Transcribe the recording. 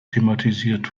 thematisiert